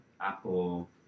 Apple